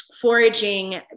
Foraging